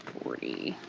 forty,